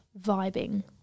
vibing